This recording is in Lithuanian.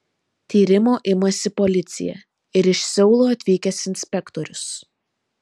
tyrimo imasi policija ir iš seulo atvykęs inspektorius